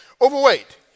overweight